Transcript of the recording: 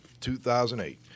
2008